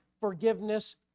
forgiveness